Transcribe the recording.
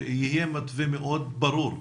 שיהיה מתווה מאוד ברור,